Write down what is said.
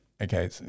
okay